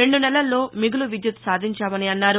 రెండు నెలల్లో మిగులు విద్యుత్ సాధించామని అన్నారు